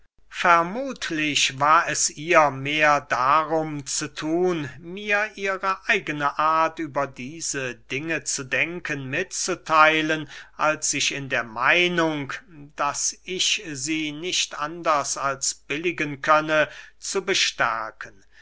vermuthlich war es ihr mehr darum zu thun mir ihre eigene art über diese dinge zu denken mitzutheilen als sich in der meinung daß ich sie nicht anders als billigen könne zu bestärken